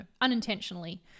unintentionally